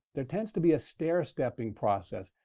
there tends to be a stair-stepping process,